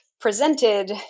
presented